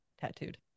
tattooed